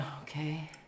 Okay